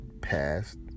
passed